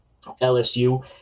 LSU